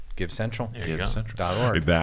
GiveCentral.org